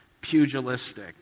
pugilistic